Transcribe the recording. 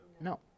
No